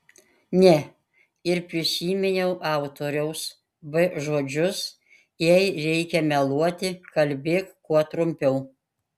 ne ir prisiminiau autoriaus v žodžius jei reikia meluoti kalbėk kuo trumpiau